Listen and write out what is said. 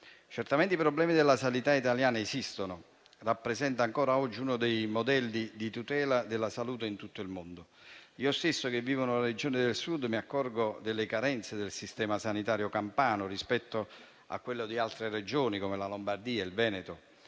Certamente i problemi della sanità italiana esistono, ma essa rappresenta ancora oggi uno dei modelli di tutela della salute in tutto il mondo. Io stesso, che vivo in una Regione del Sud, mi accorgo delle carenze del sistema sanitario campano, rispetto a quello di altre Regioni come la Lombardia o il Veneto.